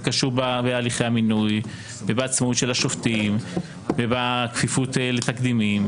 זה קשור בהליכי המינוי ובעצמאות של השופטים ובכפיפות לתקדימים